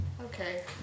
Okay